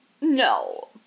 No